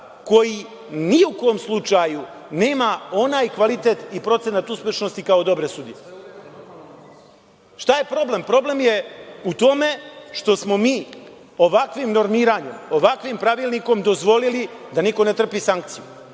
koji ni u kom slučaju nema onaj kvalitet i procenat uspešnosti kao dobre sudije. Šta je problem? Problem je u tome što smo mi ovakvim normiranjem, ovakvim Pravilnikom dozvolili da niko ne trpi sankciju.